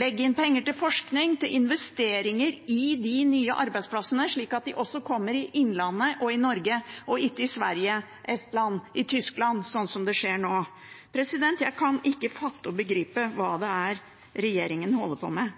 legge inn penger til forskning og til investeringer i de nye arbeidsplassene, slik at de også kommer i Innlandet og i Norge, og ikke i Sverige, Estland og Tyskland, sånn det er nå. Jeg kan ikke fatte og begripe hva regjeringen holder på med.